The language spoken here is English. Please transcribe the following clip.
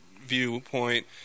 viewpoint